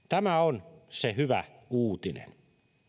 tämä on se hyvä uutinen